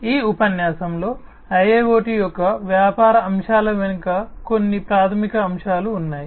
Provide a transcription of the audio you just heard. ఈ ఉపన్యాసంలో IIoT యొక్క వ్యాపార అంశాల వెనుక కొన్ని ప్రాథమిక అంశాలు ఉన్నాయి